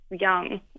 young